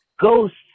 Ghosts